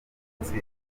munsi